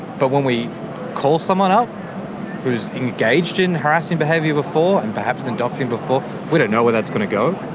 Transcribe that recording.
but when we call someone up who's engaged in harassing behaviour before and perhaps in doxing before, we don't know where that's going to go.